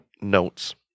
notes